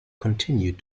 continued